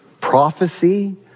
prophecy